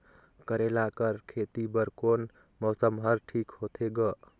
करेला कर खेती बर कोन मौसम हर ठीक होथे ग?